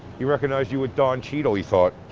he recognized you with don cheadle, he thought.